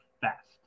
fast